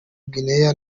guinea